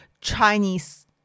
Chinese